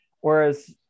whereas